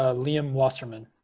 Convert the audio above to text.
ah liam wasserman.